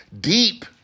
deep